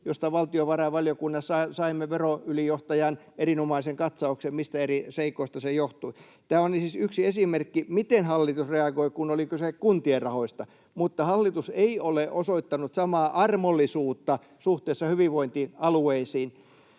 josta valtiovarainvaliokunnassa saimme veroylijohtajan erinomaisen katsauksen, mistä eri seikoista se johtui. Tämä on siis yksi esimerkki siitä, miten hallitus reagoi, kun oli kyse kuntien rahoista, mutta hallitus ei ole osoittanut samaa armollisuutta suhteessa hyvinvointialueisiin.